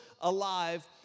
alive